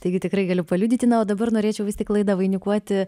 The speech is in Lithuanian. taigi tikrai galiu paliudyti na o dabar norėčiau vis tik laidą vainikuoti